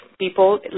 People